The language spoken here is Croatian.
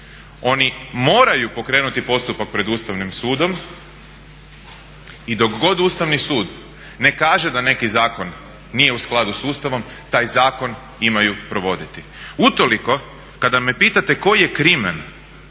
Oni moraju pokrenuti postupak pred Ustavnim sudom i dok god Ustavni sud ne kaže da neki zakon nije u skladu sa Ustavom taj zakon imaju provoditi. Utoliko kada me pitate koji je krimen